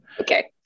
Okay